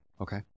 Okay